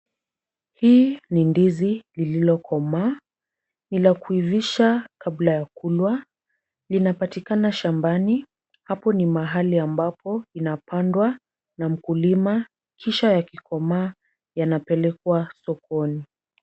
Hii ni ndizi lililokomaa. Ni la kuivisha kabla ya kulwa. Linapatikana shambani. Hapo ni mahali ambapo inapandwa na mkulima kisha yakikomaa yanapelekwa sokoni.